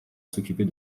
s’occuper